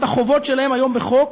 את החובות שלהם היום בחוק,